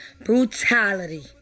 brutality